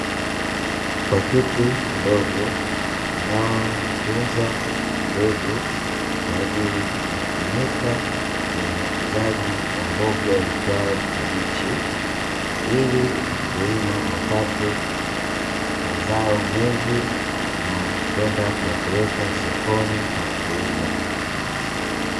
Pakiti ndogo inayotunza mbegu kwa ajili ya kutumika kwenye ukuzaji wa mboga iitwayo kabichi, ili wakulima wapate mazao mengi na kuyapeleka sokoni kwa ajili ya kuuza.